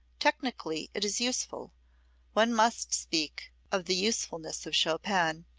technically it is useful one must speak of the usefulness of chopin,